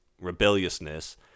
rebelliousness